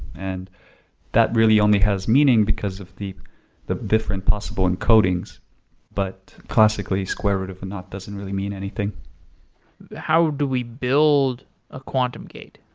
and that really only has meaning because of the the different possible encodings but classically square root of and knot doesn't really mean anything how do we build a quantum gate?